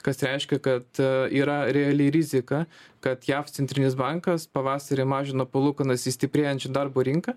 kas reiškia kad yra reali rizika kad jav centrinis bankas pavasarį mažina palūkanas į stiprėjančią darbo rinką